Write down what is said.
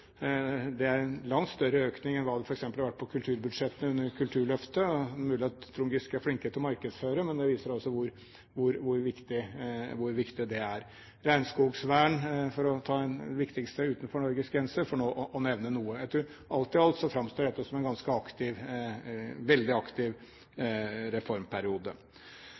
Det er en langt større økning enn hva det f.eks. har vært på kulturbudsjettet under Kulturløftet, det er mulig at Trond Giske er flinkere til å markedsføre, men det viser hvor viktig det er. Regnskogvern, for å ta det viktigste utenfor Norges grenser, kan jeg også nevne. Alt i alt framstår dette som en veldig aktiv reformperiode.